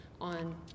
on